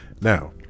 Now